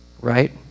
right